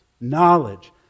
knowledge